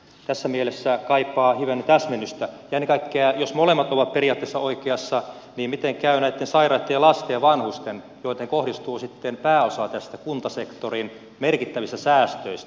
tässä mielessä tämä kaipaa hivenen täsmennystä ja ennen kaikkea jos molemmat ovat periaatteessa oikeassa miten käy näiden sairaitten ja lasten ja vanhusten joihin kohdistuu sitten pääosa näistä kuntasektorin merkittävistä säästöistä